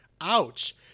Ouch